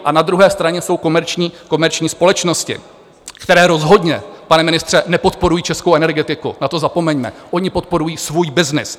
A na druhé straně jsou komerční společnosti, které rozhodně, pane ministře, nepodporují českou energetiku, na to zapomeňme, oni podporují svůj byznys.